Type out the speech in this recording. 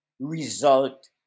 result